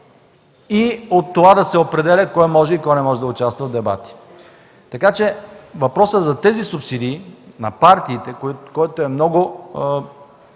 и от това да се определя кой може и кой не може да участва в дебата. Въпросът за субсидиите на партиите, който е много